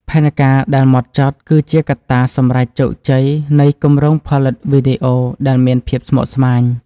ផែនការដែលហ្មត់ចត់គឺជាកត្តាសម្រេចជោគជ័យនៃគម្រោងផលិតវីដេអូដែលមានភាពស្មុគស្មាញ។